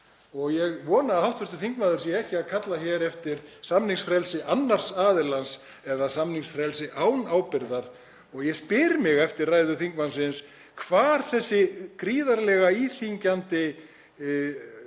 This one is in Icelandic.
Og ég vona að hv. þingmaður sé ekki að kalla hér eftir samningsfrelsi annars aðilans eða samningsfrelsi án ábyrgðar. Ég spyr mig, eftir ræðu þingmannsins, hvar þessi gríðarlega íþyngjandi